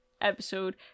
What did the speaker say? episode